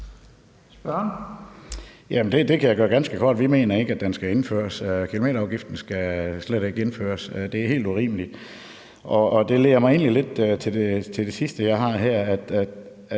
det kan jeg gøre ganske kort. Vi mener slet ikke, at kilometerafgiften skal indføres. Den er helt urimelig. Det leder mig egentlig lidt hen til det sidste spørgsmål, jeg har her.